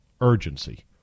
urgency